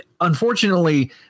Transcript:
unfortunately